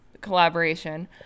collaboration